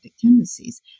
tendencies